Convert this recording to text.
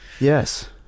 Yes